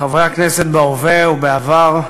חברי הכנסת בהווה ובעבר,